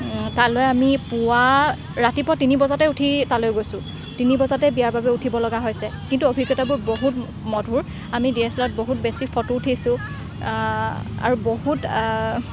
তালৈ আমি পুৱা ৰাতিপুৱা তিনি বজাতে উঠি তালৈ গৈছোঁ তিনি বজাতে বিয়াৰ বাবে উঠিব লগা হৈছে কিন্তু অভিজ্ঞতাবোৰ বহুত মধুৰ আমি ডিএছএলআৰত বহুত বেছি ফটো উঠিছোঁ আৰু বহুত